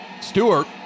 Stewart